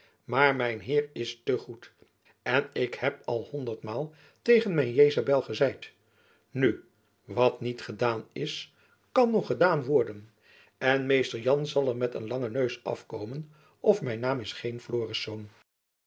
maar mijn heer is te goed dat heb ik al honderdmaal tegen mijn jezabel gezeid nu wat niet gedaan is kan nog gedaan worden en mr jan zal er met een langen neus afkomen of mijn naam is geen florisz